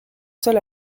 seul